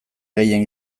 gehien